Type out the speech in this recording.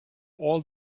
all